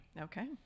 Okay